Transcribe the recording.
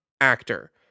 actor